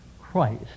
Christ